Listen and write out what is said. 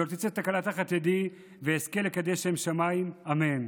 שלא תצא תקלה תחת ידי ואזכה לקדש שם שמיים, אמן.